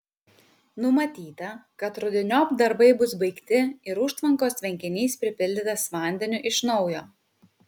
numatyta kad rudeniop darbai bus baigti ir užtvankos tvenkinys pripildytas vandeniu iš naujo